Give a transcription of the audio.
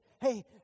hey